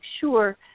sure